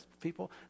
people